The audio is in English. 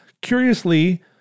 Curiously